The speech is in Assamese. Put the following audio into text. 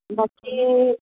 বাকী